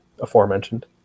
aforementioned